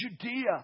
Judea